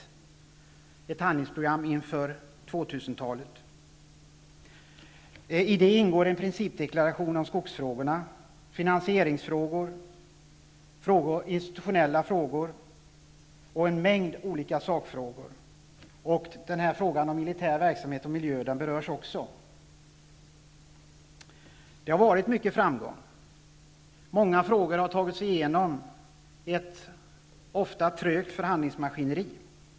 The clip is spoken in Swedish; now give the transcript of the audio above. I detta handlingsprogram ingår en principdeklaration om skogsfrågorna, finansieringsfrågor, institutionella frågor och en mängd olika sakfrågor. Också frågan om militär verksamhet och miljö berörs. Det har förekommit många framgångar. Många frågor har drivits igenom ett ofta trögt förhandlingsmaskineri.